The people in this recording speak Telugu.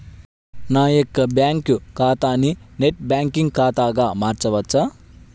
నా యొక్క బ్యాంకు ఖాతాని నెట్ బ్యాంకింగ్ ఖాతాగా మార్చవచ్చా?